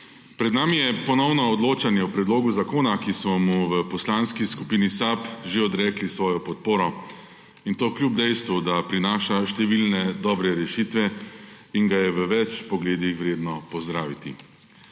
Pred nami je ponovno odločanje o zakonu, ki smo mu v Poslanski skupini SAB že odrekli svojo podporo, in to kljub dejstvu, da prinaša številne dobre rešitve in ga je v več pogledih vredno pozdraviti.